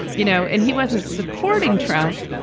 you know, and he wasn't supporting trump.